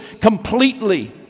completely